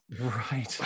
right